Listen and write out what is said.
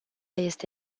este